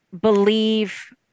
believe